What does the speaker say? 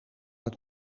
het